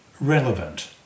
relevant